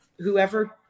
Whoever